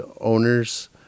owners